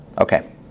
Okay